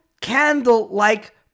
candle-like